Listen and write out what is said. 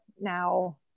now